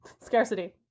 Scarcity